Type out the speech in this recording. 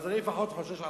אז אני לפחות חושש לחיי.